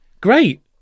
Great